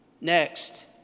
Next